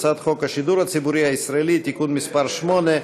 הצעת חוק השידור הציבורי הישראלי (תיקון מס' 8),